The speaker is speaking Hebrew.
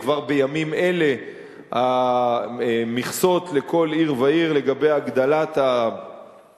וכבר בימים אלה הקצאת המכסות לכל עיר ועיר לגבי הגדלת המעונות